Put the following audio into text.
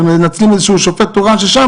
מנצלים את זה שהוא שופט תורן שנמצא,